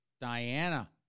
Diana